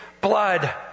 blood